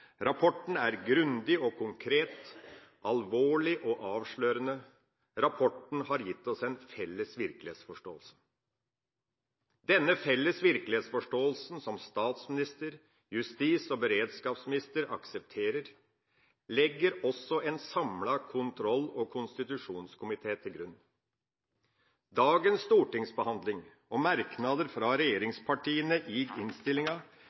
er grundig og konkret, alvorlig og avslørende. Rapporten har gitt oss en felles virkelighetsforståelse. Denne felles virkelighetsforståelsen som statsministeren og justis- og beredskapsministeren aksepterer, legger også en samlet kontroll- og konstitusjonskomité til grunn. Dagens stortingsbehandling og merknader fra regjeringspartiene i innstillinga